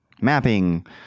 mapping